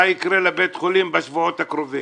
מה יקרה לבית החולים בשבועות הקרובים?